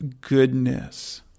goodness